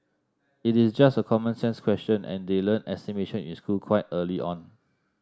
it is just a common sense question and they learn estimation in school quite early on